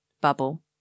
bubble